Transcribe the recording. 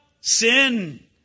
sin